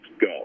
go